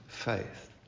faith